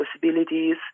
possibilities